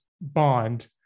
Bond